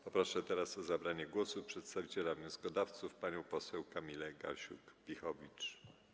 Proszę teraz o zabranie głosu przedstawiciela wnioskodawców panią poseł Kamilę Gasiuk-Pihowicz.